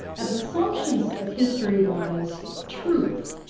at assumptions that history was truth,